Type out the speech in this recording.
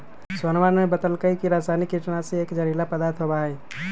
सोहनवा ने बतल कई की रसायनिक कीटनाशी एक जहरीला पदार्थ होबा हई